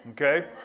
Okay